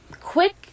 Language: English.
quick